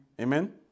Amen